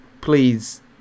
please